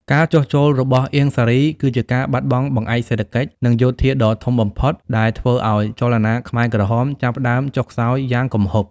ការចុះចូលរបស់អៀង សារី គឺជាការបាត់បង់បង្អែកសេដ្ឋកិច្ច និងយោធាដ៏ធំបំផុតដែលធ្វើឱ្យចលនាខ្មែរក្រហមចាប់ផ្ដើមចុះខ្សោយយ៉ាងគំហុក។